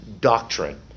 doctrine